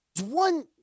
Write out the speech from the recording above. one